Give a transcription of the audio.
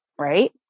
right